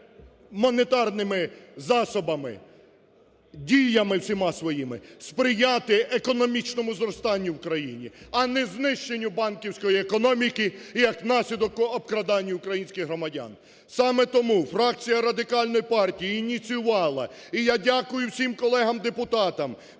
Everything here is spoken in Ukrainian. монетарними засобами, діями всіма своїми сприяти економічному зростанню в країні, а не знищенню банківської економіки і, як наслідок, обкрадання українських громадян. Саме тому фракція Радикальної партії ініціювала і я дякую всім колегам депутатам